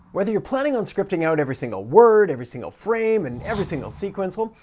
whether you're planning on scripting out every single word, every single frame, and every single sequence, well,